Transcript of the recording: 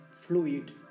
fluid